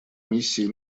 миссией